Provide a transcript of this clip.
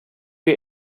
wir